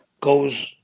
goes